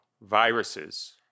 viruses